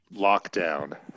Lockdown